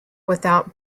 without